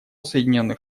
соединенных